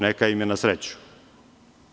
Neka im je na sreću.